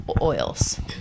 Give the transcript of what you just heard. oils